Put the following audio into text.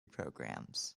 programmes